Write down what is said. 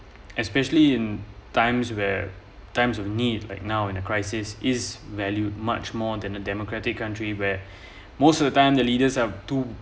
especially in times where times of need like now in a crisis is value much more than a democratic country where most of the time the leaders have to